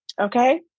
Okay